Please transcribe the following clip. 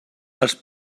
als